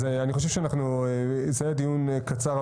זה היה דיון קצר,